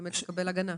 לקבל הגנה.